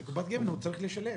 זה קופת גמל והוא צריך לשלם.